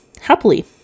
happily